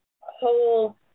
whole